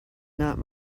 not